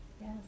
Yes